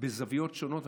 בזוויות שונות,